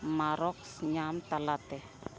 marks ᱧᱟᱢ ᱛᱟᱞᱟᱛᱮ